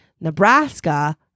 Nebraska